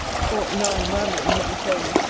for, now i am rambling, let me tell you,